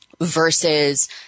versus